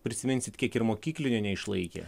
prisiminsit kiek ir mokyklinio neišlaikė